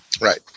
Right